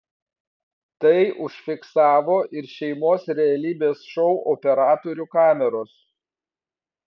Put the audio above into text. tai užfiksavo ir šeimos realybės šou operatorių kameros